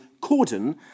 cordon